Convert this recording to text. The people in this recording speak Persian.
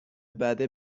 بده